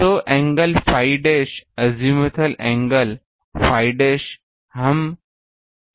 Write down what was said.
तो angle phi dash azimuthal angle phi dash हम ले जा रहे है